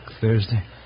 Thursday